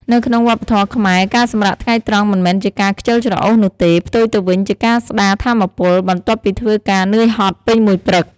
នៅក្នុងវប្បធម៌ខ្មែរ ការសម្រាកថ្ងៃត្រង់មិនមែនជាការខ្ជិលច្រអូសនោះទេ ផ្ទុយទៅវិញវាជាការស្ដារថាមពល បន្ទាប់ពីធ្វើការនឿយហត់ពេញមួយព្រឹក។